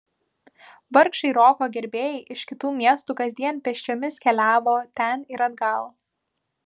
vargšai roko gerbėjai iš kitų miestų kasdien pėsčiomis keliavo ten ir atgal